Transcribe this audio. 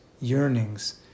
yearnings